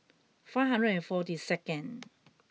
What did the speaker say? five hundred and forty second